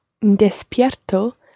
despierto